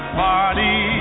party